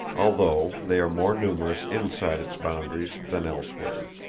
although they are more numerous inside its boundaries than elsewhere.